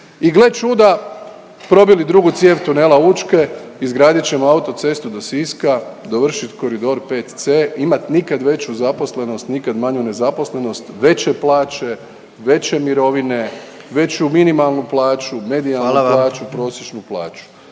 i gle čuda, probili drugu cijev tunela Učke, izgradit ćemo autocestu do Siska, dovršit koridor 5C, imat nikad veću zaposlenost, nikad manju nezaposlenost, veće plaće, veće mirovine, veću minimalnu plaću, medijalnu plaću … .../Upadica: